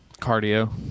cardio